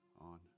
on